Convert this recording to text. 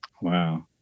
Wow